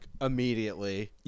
immediately